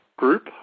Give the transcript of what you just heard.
group